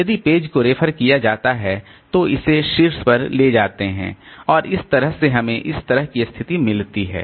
यदि पेज को रेफर किया जाता है तो इसे शीर्ष पर ले जाते हैं और इस तरह से हमें इस तरह की स्थिति मिलती है